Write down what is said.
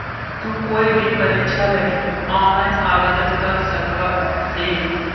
तु कोई भी परीक्षा लगी ऑनलाइन आवेदन कर सकव् हही